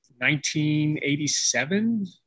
1987